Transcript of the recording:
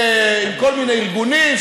עם כל הארגונים,